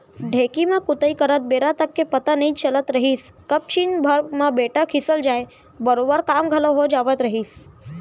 ढेंकी म कुटई करत बेरा तक के पता नइ चलत रहिस कब छिन भर म बेटा खिसल जाय बरोबर काम घलौ हो जावत रहिस